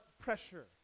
pressure